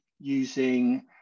using